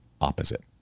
opposite